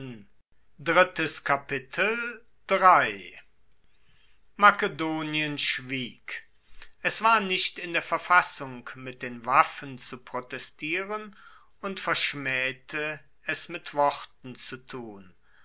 makedonien schwieg es war nicht in der verfassung mit den waffen zu protestieren und verschmaehte es mit worten zu tun